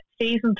season